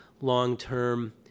long-term